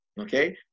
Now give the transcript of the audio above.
okay